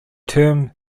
term